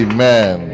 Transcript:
Amen